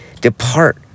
Depart